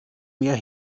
meer